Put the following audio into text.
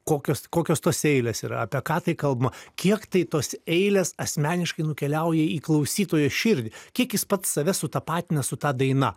kokios kokios tos eilės yra apie ką tai kalbama kiek tai tos eilės asmeniškai nukeliauja į klausytojo širdį kiek jis pats save sutapatina su ta daina